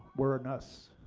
we are an us